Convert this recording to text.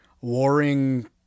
warring